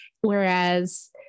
Whereas